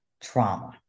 trauma